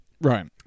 Right